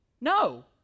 no